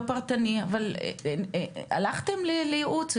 אבל הלכתם לייעוץ?